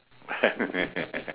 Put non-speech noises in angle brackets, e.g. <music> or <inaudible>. <laughs>